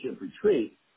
retreat